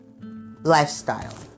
lifestyle